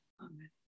Amen